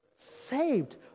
saved